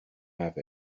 have